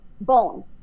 bone